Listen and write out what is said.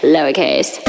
Lowercase